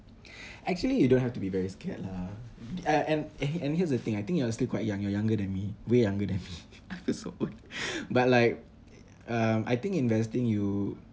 actually you don't have to be very scared lah uh and and here's the thing I think you are still quite young you're younger than me way younger than me I feel so old but like um I think investing you